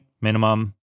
minimum